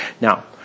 Now